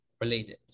related